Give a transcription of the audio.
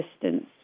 distance